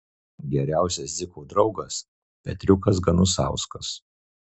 geriausias dziko draugas petriukas ganusauskas